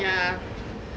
ya